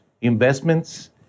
investments